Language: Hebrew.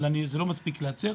אבל זה לא מספיק להצר,